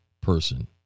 person